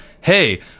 hey